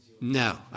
No